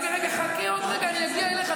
רגע, רגע, חכה עוד רגע, אני אגיע אליך.